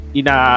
ina